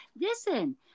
Listen